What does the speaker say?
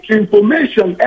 information